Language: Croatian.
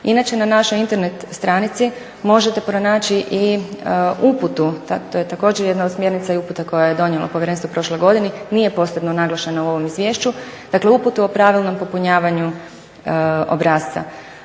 Inače na našoj internet stranici možete pronaći i uputu, to je također jedna od smjernica i uputa koje je donijelo Povjerenstvo u prošloj godini, nije posebno naglašeno u ovom izvješću, dakle, uputu o pravilnom popunjavanju obrasca.